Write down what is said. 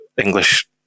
English